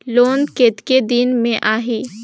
Loan कतेक दिन मे आही?